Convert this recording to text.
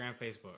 Facebook